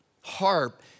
harp